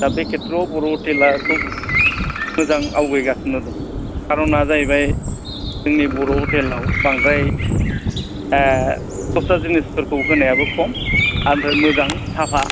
दा बे खेथ्रयाव बर' हटेला खुब मोजां आवगायगासिनो दं खार'ना जाहैबाय जोंनि बर' हटेलाव बांद्राय दस्रा जिनिसफोरखौ होनायाबो खम ओमफ्राय मोजां साफा